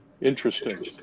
Interesting